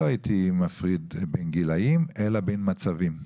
אני לא הייתי מפריד בין גילאים אלא בין מצבים.